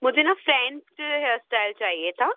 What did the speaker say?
मुझे ना French hair style चाहिए था